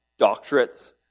doctorates